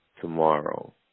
tomorrow